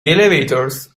elevators